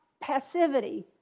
passivity